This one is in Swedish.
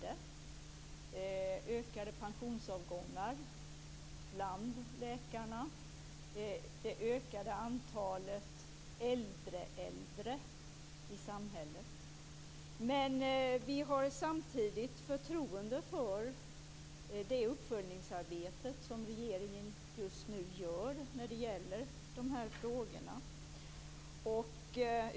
Det är bl.a. ökade pensionsavgångar bland läkarna och ett ökat antal äldre äldre i samhället. Vi har samtidigt förtroende för det uppföljningsarbete som regeringen just nu gör i de här frågorna.